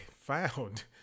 found